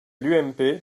l’ump